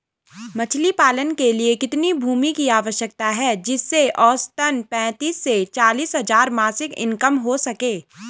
मछली पालन के लिए कितनी भूमि की आवश्यकता है जिससे औसतन पैंतीस से चालीस हज़ार मासिक इनकम हो सके?